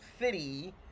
city